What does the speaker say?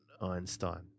Einstein